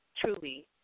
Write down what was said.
truly